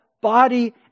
body